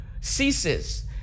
ceases